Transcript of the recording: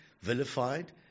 vilified